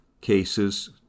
cases